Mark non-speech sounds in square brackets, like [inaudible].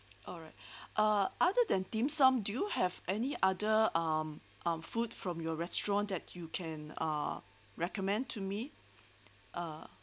alright [breath] uh other than dim sum do you have any other um um food from your restaurant that you can uh recommend to me ah